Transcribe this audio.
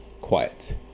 quiet